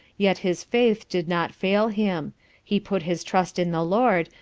yet his faith did not fail him he put his trust in the lord,